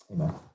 Amen